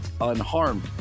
unharmed